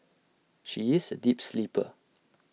she is A deep sleeper